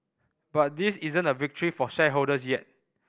but this isn't a victory for shareholders yet